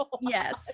yes